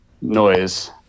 noise